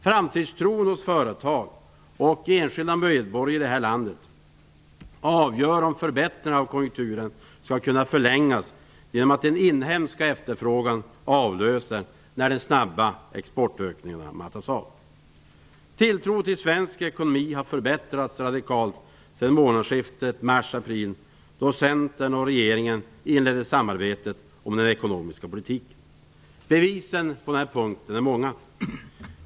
Framtidstron hos företag och enskilda medborgare i det här landet avgör om förbättringen av konjunkturen skall kunna förlängas genom att den inhemska efterfrågan avlöser där de snabba exportökningarna mattas av. Tilltron till svensk ekonomi har förbättrats radikalt sedan månadsskiftet mars/april då Centern och regeringen inledde samarbetet om den ekonomiska politiken. Bevisen på den punkten är många.